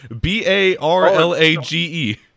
B-A-R-L-A-G-E